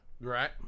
Right